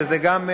שזה גם,